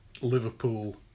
Liverpool